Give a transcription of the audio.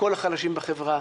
מכל החלשים בחברה.